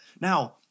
Now